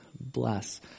Bless